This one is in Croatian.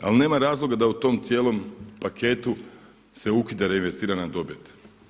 Ali nema razloga da u tom cijelom paketu se ukida reinvestirana dobit.